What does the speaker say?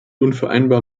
unvereinbar